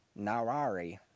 Nawari